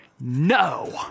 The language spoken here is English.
No